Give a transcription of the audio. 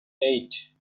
eight